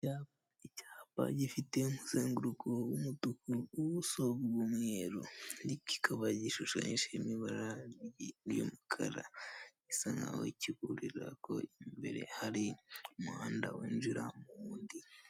Icyapa gifite umuzenguruko w'umutuku, ubuso bw'umweru, kikaba gishushanyije mu ibara ry'umukara bisa nkaho kiburira ko imbere hari umuhanda winjira mu wundi.